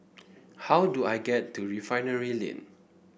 how do I get to Refinery Lane